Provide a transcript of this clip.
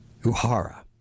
Uhara